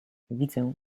widzę